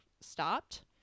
stopped